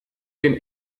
den